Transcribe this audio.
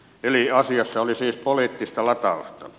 eli asiassa oli siis poliittista latausta